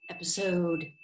Episode